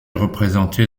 représentés